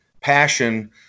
passion